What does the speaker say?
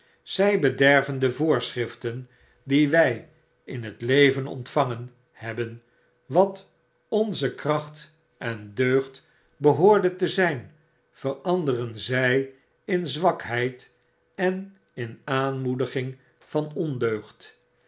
zij bederven de voorschriften die wy in het leven ontvangen hebben jwatonze kracht en deugd behoorde te zyn veranderen zy in zwakheid en in aanmoediging van ondeugd